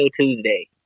Tuesday